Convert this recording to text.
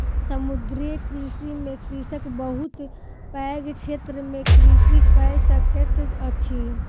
समुद्रीय कृषि में कृषक बहुत पैघ क्षेत्र में कृषि कय सकैत अछि